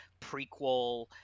prequel